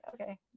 okay